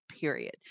period